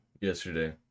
yesterday